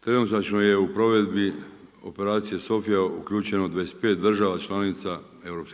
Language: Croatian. Trenutačno je u provedbi Operacije Sofija uključeno 25 država članica EU.